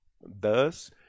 Thus